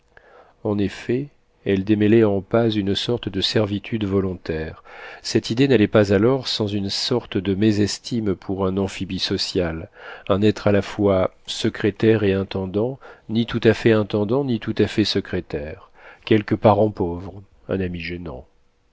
en effet elle démêlait en paz une sorte de servitude volontaire cette idée n'allait pas alors sans une sorte de mésestime pour un amphibie social un être à la fois secrétaire et intendant ni tout à fait intendant ni tout à fait secrétaire quelque parent pauvre un ami gênant